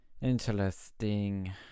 Interesting